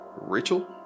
Rachel